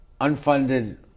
Unfunded